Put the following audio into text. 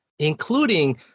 including